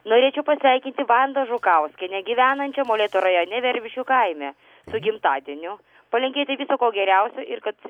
norėčiau pasveikinti vandą žukauskienę gyvenančią molėtų rajone verbiškių kaime su gimtadieniu palinkėti visa ko geriausio ir kad